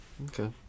Okay